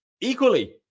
Equally